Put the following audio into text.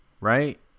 Right